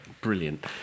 Brilliant